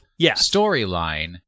storyline